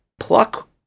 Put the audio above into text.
pluck